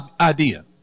idea